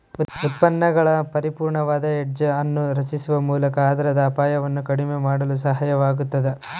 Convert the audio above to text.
ಉತ್ಪನ್ನಗಳು ಪರಿಪೂರ್ಣವಾದ ಹೆಡ್ಜ್ ಅನ್ನು ರಚಿಸುವ ಮೂಲಕ ಆಧಾರದ ಅಪಾಯವನ್ನು ಕಡಿಮೆ ಮಾಡಲು ಸಹಾಯವಾಗತದ